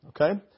Okay